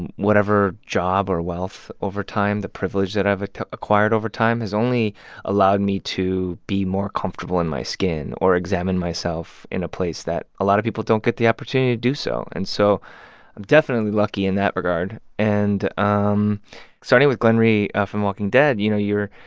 and whatever job or wealth over time, the privilege that i've acquired over time has only allowed me to be more comfortable in my skin or examine myself in a place that a lot of people don't get the opportunity to do so. and so i'm definitely lucky in that regard and um starting with glenn rhee from walking dead, you know, you're